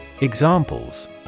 Examples